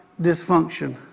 dysfunction